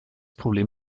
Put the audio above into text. problem